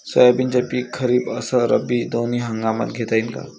सोयाबीनचं पिक खरीप अस रब्बी दोनी हंगामात घेता येईन का?